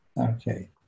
Okay